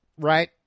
Right